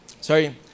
sorry